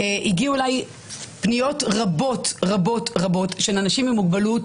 הגיעו אליי פניות רבות רבות של אנשים עם מוגבלות,